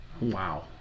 wow